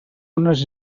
unes